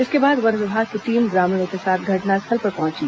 इसके बाद वन विभाग की टीम ग्रामीणों के साथ घटनास्थल पर पहुंची